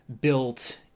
built